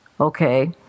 Okay